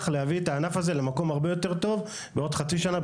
להביא את הענף הזה למקום הרבה יותר טוב בעוד חצי שנה,